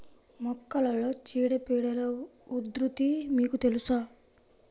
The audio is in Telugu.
మొక్కలలో చీడపీడల ఉధృతి మీకు తెలుసా?